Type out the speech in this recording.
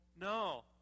No